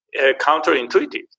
counterintuitive